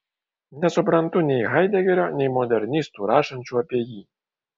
nesuprantu nei haidegerio nei modernistų rašančių apie jį